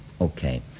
Okay